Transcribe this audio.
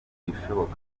ibishoboka